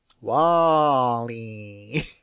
Wally